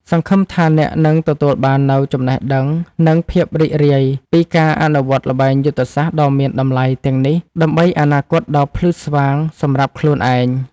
សង្ឃឹមថាអ្នកនឹងទទួលបាននូវចំណេះដឹងនិងភាពរីករាយពីការអនុវត្តល្បែងយុទ្ធសាស្ត្រដ៏មានតម្លៃទាំងនេះដើម្បីអនាគតដ៏ភ្លឺស្វាងសម្រាប់ខ្លួនឯង។